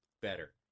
better